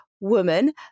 woman